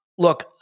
Look